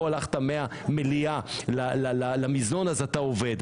פה הלכת מהמליאה למזנון אתה עובד.